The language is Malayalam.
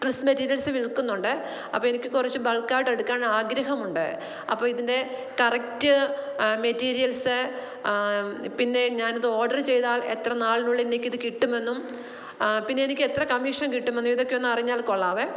ഡ്രസ്സ് മെറ്റീരിയല്സ് വില്ക്കുന്നുണ്ട് അപ്പോൾ എനിക്ക് കുറച്ചു ബള്ക്കായിട്ട് എടുക്കാന് ആഗ്രഹമുണ്ട് അപ്പോൾ ഇതിന്റെ കറക്റ്റ് മെറ്റീരിയല്സ് പിന്നെ ഞാനിത് ഓർഡർ ചെയ്താൽ എത്ര നാളിനുള്ളിലെനിക്ക് ഇത് കിട്ടുമെന്നും പിന്നെ എനിക്ക് എത്ര കമ്മീഷൻ കിട്ടുമെന്നും ഇതൊക്കെ ഒന്ന് അറിഞ്ഞാല് കൊള്ളാമേ